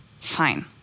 Fine